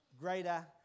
greater